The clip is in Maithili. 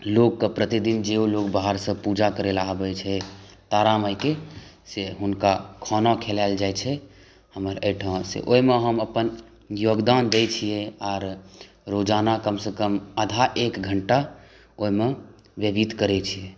लोकके प्रतिदिन जे लोक बाहरसॅं पूजा करय लए आबै छै तारा मायके से हुनका खाना खियायल जाइ छै हमरा एहिठाम एहिमे हम अपन योगदान दै छियै आ रोजाना कम सऽ कम आधा एक घन्टा ओहिमे व्यतीत करै छियै